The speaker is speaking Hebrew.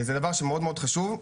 זה דבר שמאוד חשוב.